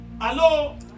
Hello